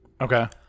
okay